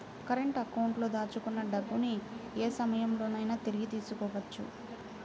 current అకౌంట్లో దాచుకున్న డబ్బుని యే సమయంలోనైనా తిరిగి తీసుకోవచ్చు